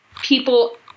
people